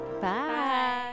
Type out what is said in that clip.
Bye